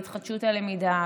בהתחדשות הלמידה,